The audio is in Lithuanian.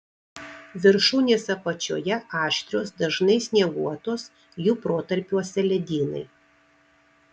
viršūnės apačioje aštrios dažnai snieguotos jų protarpiuose ledynai